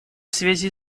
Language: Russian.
связи